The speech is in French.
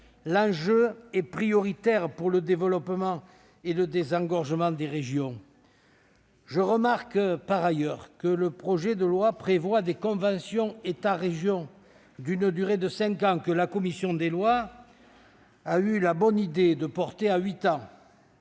l'enjeu est prioritaire pour le développement et le désengorgement des régions. Je remarque par ailleurs que le projet de loi prévoit des conventions État-région, d'une durée de cinq ans, que la commission des lois a eu la bonne idée de porter à huit ans.